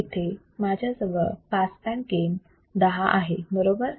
इथे माझ्याजवळ pass band gain 10 आहे बरोबर